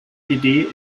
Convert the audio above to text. idee